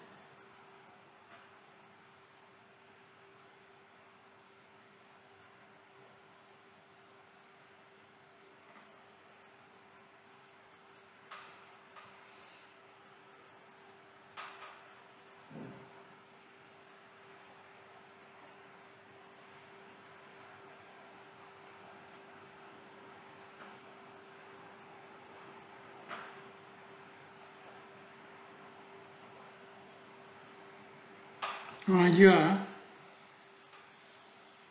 ah ya